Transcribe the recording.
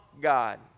God